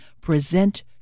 present